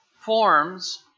forms